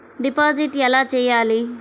Deposit ఎలా చెయ్యాలి?